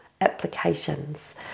applications